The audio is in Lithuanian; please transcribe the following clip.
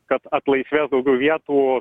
kad atlaisvės daugiau vietų